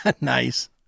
nice